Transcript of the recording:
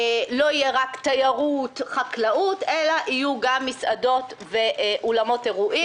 לא ייכללו רק תיירות וחקלאות אלא ייכללו גם מסעדות ואולמות אירועים.